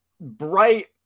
bright –